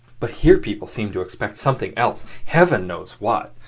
but here people seem to expect something else heaven knows what!